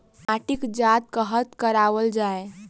माटिक जाँच कतह कराओल जाए?